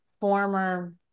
former